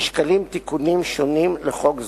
נשקלים תיקונים שונים לחוק זה,